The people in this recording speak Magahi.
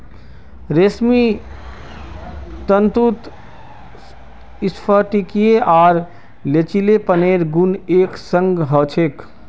रेशमी तंतुत स्फटिकीय आर लचीलेपनेर गुण एक संग ह छेक